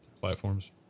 platforms